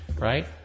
right